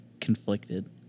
conflicted